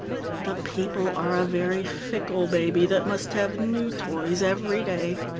the people are a very fickle baby that must have new toys every day.